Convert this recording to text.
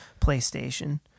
PlayStation